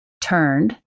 turned